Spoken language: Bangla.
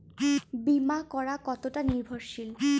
বীমা করা কতোটা নির্ভরশীল?